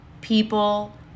people